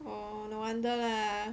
oh no wonder lah